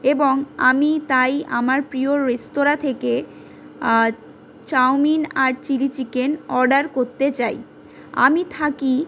এবং আমি তাই আমার প্রিয় রেস্তোরাঁ থেকে আজ চাউমিন আর চিলি চিকেন অর্ডার করতে চাই আমি থাকি